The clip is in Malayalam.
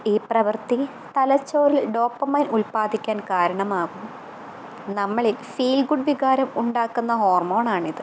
ഈ പ്രവൃർത്തി തലച്ചോറിൽ ഡോപ്പമെൻ ഉൽപാദിക്കാൻ കാരണമാകും നമ്മളിൽ ഫീൽഗുഡ് വികാരം ഉണ്ടാക്കുന്ന ഹോർമോൺ ആണിത്